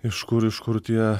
iš kur iš kur tie